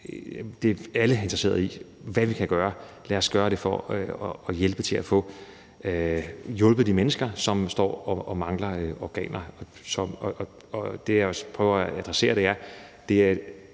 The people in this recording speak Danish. vi er. Alle er interesseret i, hvad vi kan gøre. Og lad os gøre det for at få hjulpet de mennesker, som står og mangler organer. Det, jeg også prøver at adressere, er,